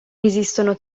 esistono